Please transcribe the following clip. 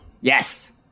Yes